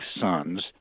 sons